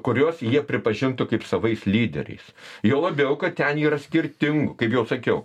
kuriuos jie pripažintų kaip savais lyderiais juo labiau kad ten yra skirtingų kaip jau sakiau